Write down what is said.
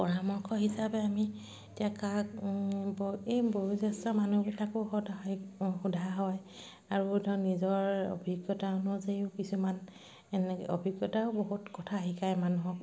পৰামৰ্শ হিচাপে আমি এতিয়া কাক ব এই বয়োজ্যেষ্ঠ মানুহবিলাকক সদায় সোধা হয় আৰু ধৰক নিজৰ অভিজ্ঞতা অনুযায়ীও কিছুমান এনেকৈ অভিজ্ঞতায়েও বহুত কথা শিকায় মানুহক